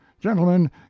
gentlemen